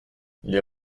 les